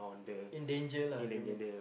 in danger lah you mean